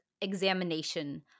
examination